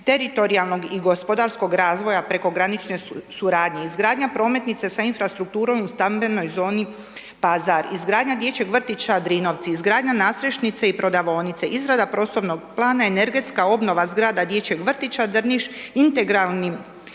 teritorijalnog i gospodarskog razvoja prekogranične suradnje, izgradnja prometnice sa infrastrukturom u stambenoj zoni Pazar, izgradnja dječjeg vrtića Drinovci, izgradnja nadstrešnice i prodavaonice, izrada prostornog plana i energetska obnova zgrada dječjeg vrtića Drniš, integralni